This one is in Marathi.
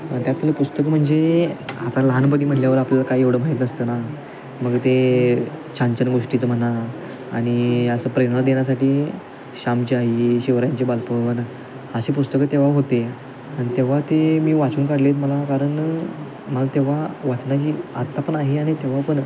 आणि त्यातलं पुस्तकं म्हणजे आता लहानपणी म्हटल्यावर आपल्याला काय एवढं माहीत नसतं ना मग ते छान छान गोष्टीचं म्हणा आणि असं प्रेरणा देण्यासाठी श्यामची आई शिवरायांचे बालपण असे पुस्तकं तेव्हा होते आणि तेव्हा ते मी वाचून काढले आहेत मला कारण मला तेव्हा वाचनाची आत्ता पण आहे आणि तेव्हा पण